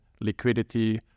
liquidity